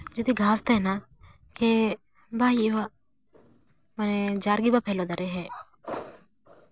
ᱡᱩᱫᱤ ᱜᱷᱟᱥ ᱛᱟᱦᱮᱱᱟ ᱮᱠᱮ ᱵᱟᱭ ᱦᱩᱭᱩᱜᱼᱟ ᱢᱟᱱᱮ ᱡᱟᱨᱜᱮ ᱵᱟᱭ ᱯᱷᱮᱞᱚ ᱫᱟᱲᱮᱜ ᱦᱮᱸ